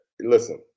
Listen